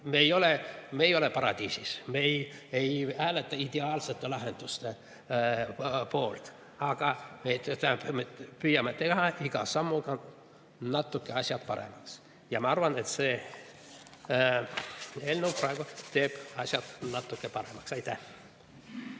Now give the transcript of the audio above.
poliitika. Me ei ole paradiisis, me ei hääleta ideaalsete lahenduste poolt, aga me püüame teha iga sammuga asju natuke paremaks. Ja ma arvan, et praegune eelnõu teeb asjad natuke paremaks. Aitäh!